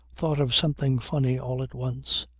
thought of something funny all at once.